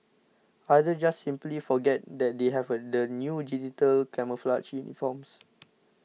others just simply forget that they have the new digital camouflage uniforms